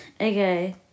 Okay